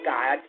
God